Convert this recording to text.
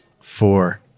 Four